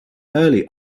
early